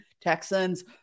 Texans